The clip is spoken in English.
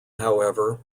however